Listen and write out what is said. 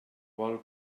vol